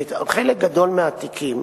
וחלק גדול מהתיקים